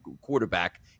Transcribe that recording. quarterback